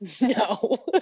No